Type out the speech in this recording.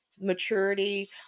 maturity